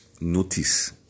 Notice